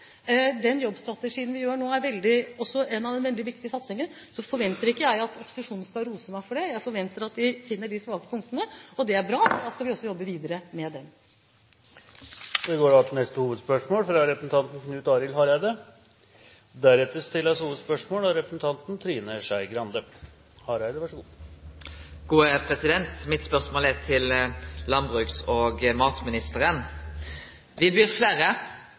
Den jobbstrategien vi gjør nå, er også en av de veldig viktige satsingene. Så forventer ikke jeg at opposisjonen skal rose meg for det. Jeg forventer at den finner de svake punktene, og det er bra. Da skal vi også jobbe videre med dem. Vi går til neste hovedspørsmål.